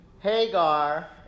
Hagar